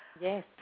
Yes